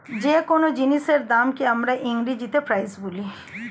যে কোন জিনিসের দামকে আমরা ইংরেজিতে প্রাইস বলি